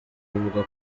avuga